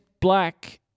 black